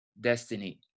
destiny